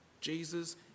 Jesus